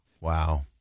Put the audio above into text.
Wow